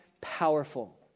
powerful